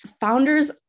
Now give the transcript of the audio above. Founders